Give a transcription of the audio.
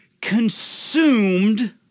consumed